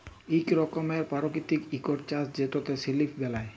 ইক রকমের পারকিতিক ইকট চাষ যেটতে সিলক বেলায়